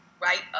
right